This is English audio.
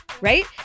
right